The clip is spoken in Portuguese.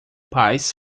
paz